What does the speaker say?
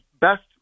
best